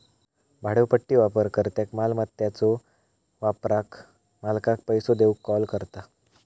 भाड्योपट्टी वापरकर्त्याक मालमत्याच्यो वापराक मालकाक पैसो देऊक कॉल करता